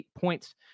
points